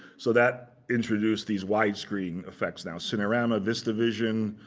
so that introduced these widescreen effects now cinerama, vista vision,